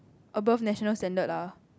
above national standard lah